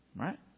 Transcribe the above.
Right